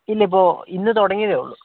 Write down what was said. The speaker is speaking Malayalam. ഇല്ല ഇപ്പോൾ ഇന്ന് തുടങ്ങിയതേ ഉള്ളൂ